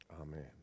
Amen